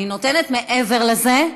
אני נותנת מעבר לזה,